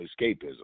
escapism